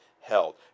held